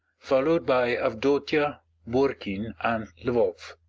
followed by avdotia, borkin, and lvoff.